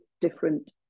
different